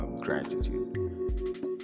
gratitude